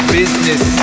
business